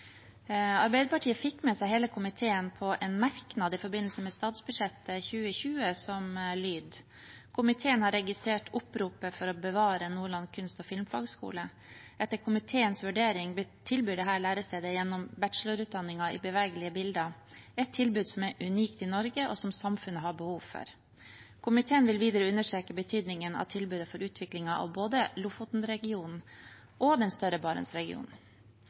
Arbeiderpartiet fikk med seg hele komiteen på en merknad i forbindelse med statsbudsjettet 2020 som lyder: «Komiteen har registrert oppropet for å bevare Nordland Kunst- og Filmfagskole. Etter komiteens vurdering tilbyr dette lærestedet gjennom bachelorutdanningen i bevegelige bilder, et tilbud som er unikt i Norge og som samfunnet har behov for. Komiteen vil videre understreke betydningen av tilbudet for utviklingen av både Lofotenregionen og den større Barentsregionen.»